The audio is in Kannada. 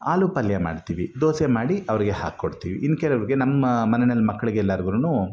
ಆಲೂ ಪಲ್ಯ ಮಾಡ್ತೀವಿ ದೋಸೆ ಮಾಡಿ ಅವರಿಗೆ ಹಾಕ್ಕೊಡ್ತೀವಿ ಇನ್ನು ಕೆಲವರಿಗೆ ನಮ್ಮ ಮನೇಯಲ್ಲಿ ಮಕ್ಕಳಿಗೆಲ್ಲರ್ಗುನು